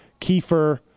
Kiefer